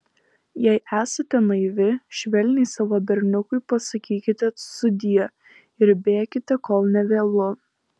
jei esate naivi švelniai savo berniukui pasakykite sudie ir bėkite kol nevėlu